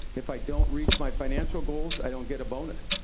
if i don't reach my financial goals, i don't get a bonus.